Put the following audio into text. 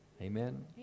Amen